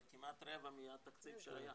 זה כמעט רבע מהתקציב שהיה.